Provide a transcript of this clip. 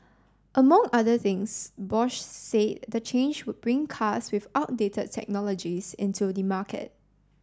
among other things Bosch said the change would bring cars with outdated technologies into the market